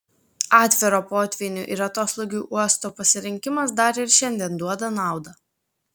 atviro potvynių ir atoslūgių uosto pasirinkimas dar ir šiandien duoda naudą